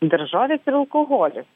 daržovės ir alkoholis